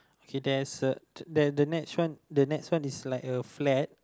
okay there's a the next one is like a flag